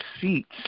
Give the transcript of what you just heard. seats